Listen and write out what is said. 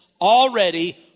already